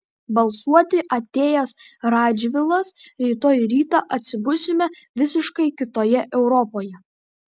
balsuoti atėjęs radžvilas rytoj rytą atsibusime visiškai kitoje europoje